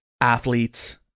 athletes